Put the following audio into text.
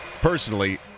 Personally